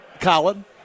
Colin